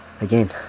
again